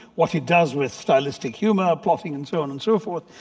what it does with stylistic humour, plotting and so on and so forth.